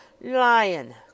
Lion